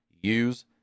use